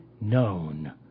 known